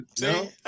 No